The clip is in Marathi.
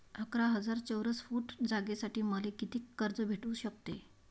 अकरा हजार चौरस फुट जागेसाठी मले कितीक कर्ज भेटू शकते?